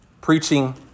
preaching